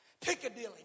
Piccadilly